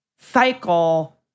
cycle